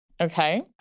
Okay